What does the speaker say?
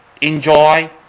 enjoy